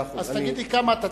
אז תגיד לי כמה אתה צריך.